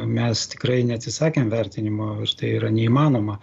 mes tikrai neatsisakėm vertinimo tai yra neįmanoma